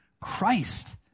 Christ